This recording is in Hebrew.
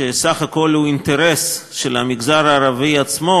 שבסך הכול הוא אינטרס של המגזר הערבי עצמו,